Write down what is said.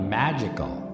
magical